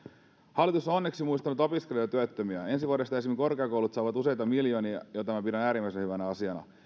hallitus on onneksi muistanut opiskelijoita ja työttömiä ensi vuodesta esimerkiksi korkeakoulut saavat useita miljoonia mitä minä pidän äärimmäisen hyvänä asiana